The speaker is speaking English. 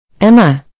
Emma